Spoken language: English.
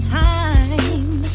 time